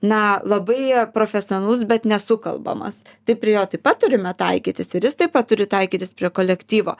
na labai profesionalus bet nesukalbamas tai prie jo taip pat turime taikytis ir jis taip pat turi taikytis prie kolektyvo